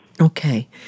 Okay